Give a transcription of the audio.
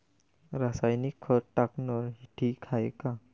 रासायनिक खत टाकनं ठीक हाये का?